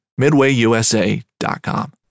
MidwayUSA.com